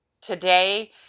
today